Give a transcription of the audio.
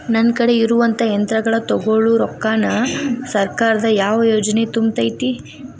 ನನ್ ಕಡೆ ಇರುವಂಥಾ ಯಂತ್ರಗಳ ತೊಗೊಳು ರೊಕ್ಕಾನ್ ಸರ್ಕಾರದ ಯಾವ ಯೋಜನೆ ತುಂಬತೈತಿ?